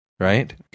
right